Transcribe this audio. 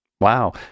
Wow